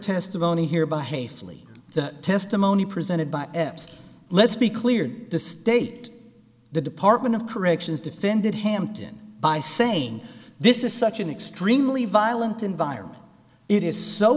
testimony here behaved flee the testimony presented by let's be clear the state the department of corrections defended hampton by saying this is such an extremely violent environment it is so